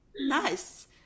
Nice